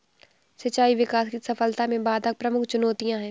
सिंचाई विकास की सफलता में बाधक प्रमुख चुनौतियाँ है